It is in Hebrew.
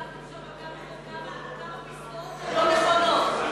אבל הוספתם שם כמה פסקאות שהן לא נכונות.